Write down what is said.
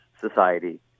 society